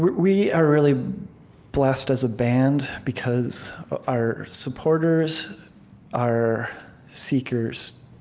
we are really blessed, as a band, because our supporters are seekers.